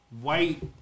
White